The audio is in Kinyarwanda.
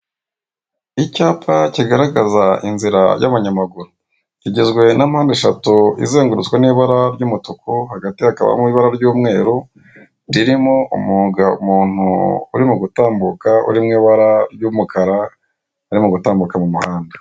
Icyapa kigaragaza inzira y'abanyamaguru kigizwe na mpande eshatu izengurutswe n'ibara ry'umutuku, hagati hakabamo ibara ry'umweru ririmo umuntu urimo gutambuka uri mu ibara ry'umukara urimo gutambuka mu muhanda.